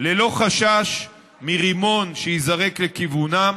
חבריי חברי הכנסת,